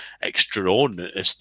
extraordinary